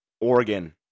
Oregon